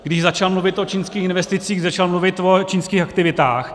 Když začal mluvit o čínských investicích, začal mluvit o čínských aktivitách.